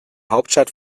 hauptstadt